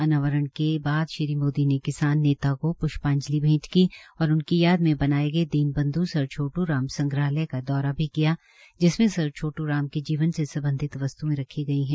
अनावरण के बाद श्री मोदी ने किसान नेता को प्ष्पाजंलि भेंट की और उनकी याद में बना गए दीन बंधू सर छोटू राम संग्रहालय का दौरा भी किया जिसमें सर छोट्र राम के जीवन से सम्बधित वस्तुएं रखी गई है